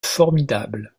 formidable